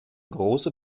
großer